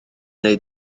wnei